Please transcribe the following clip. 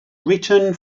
written